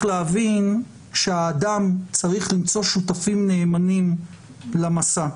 להבין שהאדם צריך למצוא שותפים נאמנים למסע.